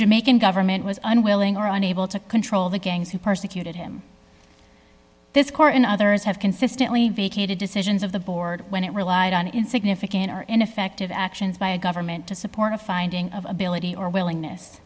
jamaican government was unwilling or unable to control the gangs who persecuted him this court and others have consistently vacated decisions of the board when it relied on insignificant or ineffective actions by a government to support a finding of ability or willingness